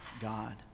God